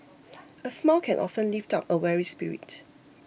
a smile can often lift up a weary spirit